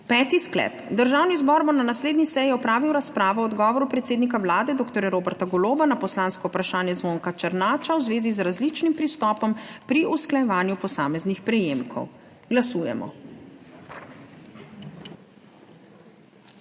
Peti sklep: Državni zbor bo na naslednji seji opravil razpravo o odgovoru predsednika Vlade dr. Roberta Goloba na poslansko vprašanje Zvonka Černača v zvezi z različnim pristopom pri usklajevanju posameznih prejemkov. Glasujemo.